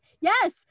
yes